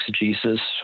exegesis